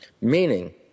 Meaning